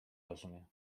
rozumie